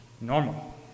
normal